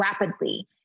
rapidly